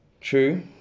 true